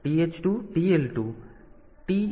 તેથી T2CON TH 2 અને TL 2